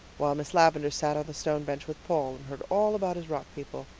while miss lavendar sat on the stone bench with paul and heard all about his rock people.